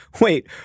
Wait